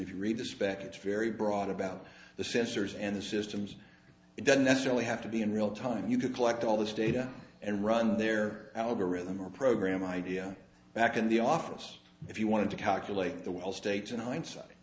if you read the spec it's very broad about the sensors and the systems it doesn't necessarily have to be in real time you could collect all this data and run their algorithm or program idea back in the office if you wanted to calculate the well states in hindsight